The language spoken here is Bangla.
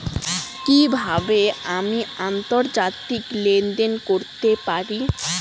কি কিভাবে আমি আন্তর্জাতিক লেনদেন করতে পারি?